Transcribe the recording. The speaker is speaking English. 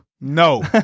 No